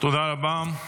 תודה רבה.